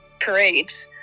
parades